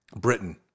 Britain